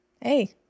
Hey